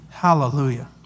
Hallelujah